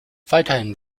weiterhin